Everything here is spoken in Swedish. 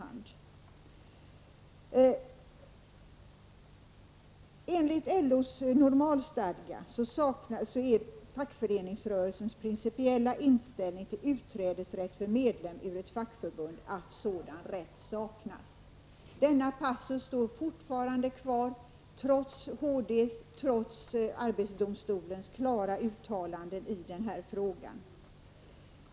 Enligt LO:s normalstadgar är fackföreningsrörelsens principiella inställning till utträdesrätt för medlem ur ett fackförbund den, att sådan rätt saknas. Denna passus står fortfarande kvar, trots HD:s och AD:s klara uttalanden i denna fråga.